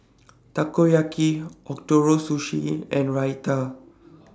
Takoyaki Ootoro Sushi and Raita